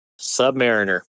Submariner